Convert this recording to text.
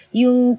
yung